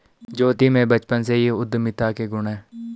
ज्योति में बचपन से ही उद्यमिता के गुण है